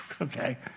Okay